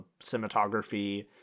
cinematography